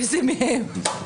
איזה מהם?